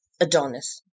Adonis